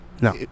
No